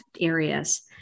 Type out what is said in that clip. areas